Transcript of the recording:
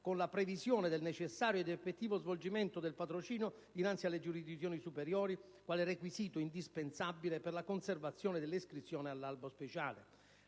con la previsione del necessario ed effettivo svolgimento del patrocinio dinanzi alle giurisdizioni superiori quale requisito indispensabile per la conservazione dell'iscrizione all'albo speciale;